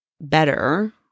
better